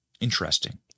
Interesting